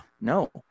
No